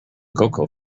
cocoa